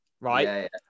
right